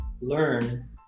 learn